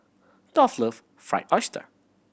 Dolph love Fried Oyster